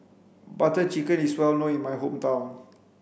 butter chicken is well known in my hometown